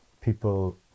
people